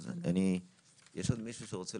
אני חושבת